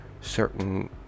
certain